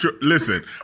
Listen